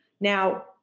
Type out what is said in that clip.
Now